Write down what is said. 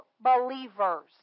believers